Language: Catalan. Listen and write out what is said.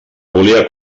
volia